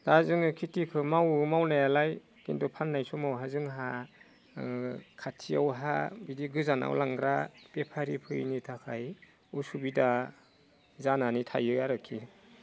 दा जोङो खेथिखौ मावो मावनायालाय खिन्थु फाननाय समावहाय जोंहा खाथियावहा बिदि गोजानाव लांग्रा बेफारि फैयिनि थाखाय उसुबिदा जानानै थायो आरोखि